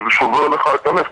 וזה שובר לך את הלב,